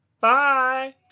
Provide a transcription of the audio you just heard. Bye